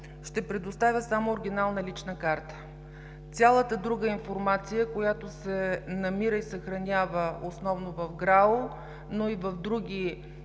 ще предоставя само оригинална лична карта. Цялата друга информация, която се намира и съхранява основно в „ГРАО“, но и в други